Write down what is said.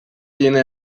viene